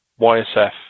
YSF